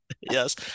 yes